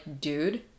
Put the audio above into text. dude